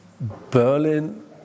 Berlin